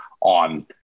on